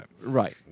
Right